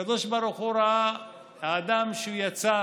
הקב"ה ראה שהאדם שהוא יצר,